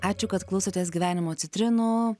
ačiū kad klausotės gyvenimo citrinų